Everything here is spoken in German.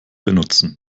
benutzen